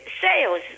Sales